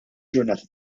ġurnata